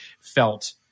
felt